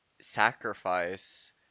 sacrifice